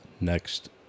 next